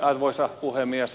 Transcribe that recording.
arvoisa puhemies